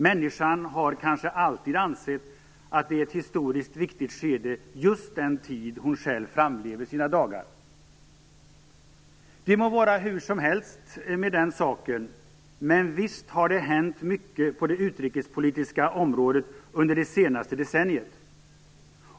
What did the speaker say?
Människan har kanske alltid ansett att just den tid då hon själv framlever sina dagar är ett historiskt viktigt skede. Det må vara hur som helst med den saken, men visst har det hänt mycket på det utrikespolitiska området under det senaste decenniet.